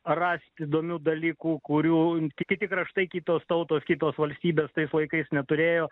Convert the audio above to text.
rast įdomių dalykų kurių kiti kraštai kitos tautos kitos valstybės tais laikais neturėjo